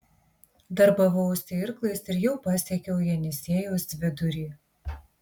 darbavausi irklais ir jau pasiekiau jenisiejaus vidurį